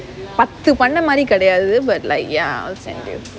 but the wonder mighty good as vivid light ya send do